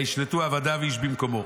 וישלטו עבדיו איש במקומו.